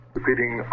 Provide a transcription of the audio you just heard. Repeating